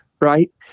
right